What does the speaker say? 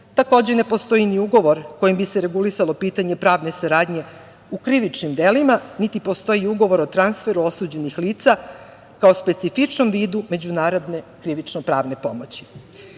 takođe ne postoji ni ugovor kojim bi se regulisalo pitanje pravne saradnje u krivičnim delima, niti postoji ugovor o transferu osuđenih lica, kao specifičnim vidu međunarodne krivično-pravne pomoći.